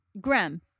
Graham